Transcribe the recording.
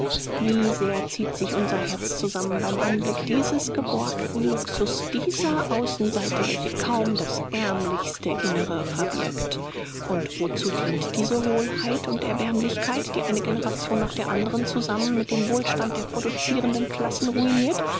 wie sehr zieht sich unser herz zusammen beim anblick dieses geborgten luxus dieser außenseite welche kaum das ärmlichste innere verbirgt und wozu dient diese hohlheit und erbärmlichkeit die eine generation nach der andern zusammen mit dem wohlstand der producirenden klassen ruinirt